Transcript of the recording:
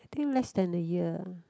I think less than a year ah